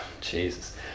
Jesus